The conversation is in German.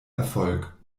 erfolg